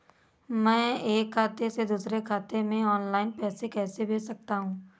मैं एक खाते से दूसरे खाते में ऑनलाइन पैसे कैसे भेज सकता हूँ?